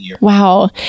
Wow